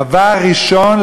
דבר ראשון,